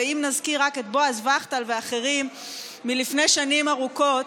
אם נזכיר רק את בועז וכטל ואחרים מלפני שנים ארוכות.